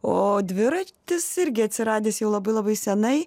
o dviratis irgi atsiradęs jau labai labai senai